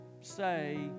say